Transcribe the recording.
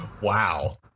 Wow